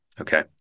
Okay